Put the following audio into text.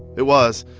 it was,